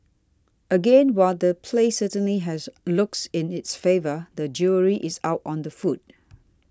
again while the place certainly has looks in its favour the jury is out on the food